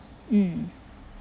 mm